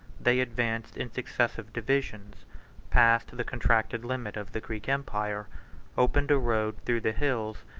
they advanced in successive divisions passed the contracted limit of the greek empire opened a road through the hills,